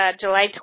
July